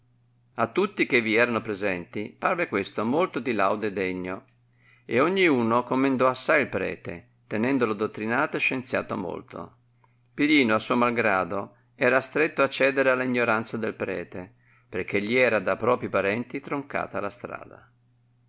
a tutti che vi erano presenti parve questo molto di laude degno e ogni uno comendò assai il prete tenendolo dottrinato e scienziato molto pirino a suo malgrado era astretto a ciedere alla ignoranza del prete perchè gli era da propri parenti troncata la strada